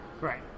Right